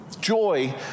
Joy